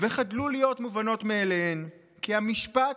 וחדלו להיות 'מובנות מאליהן' כי המשפט